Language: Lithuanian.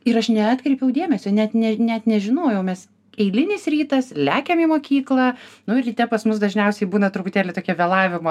ir aš neatkreipiau dėmesio net ne net nežinojau mes eilinis rytas lekiam į mokyklą nu ir ryte pas mus dažniausiai būna truputėlį tokia vėlavimo